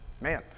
Man